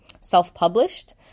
self-published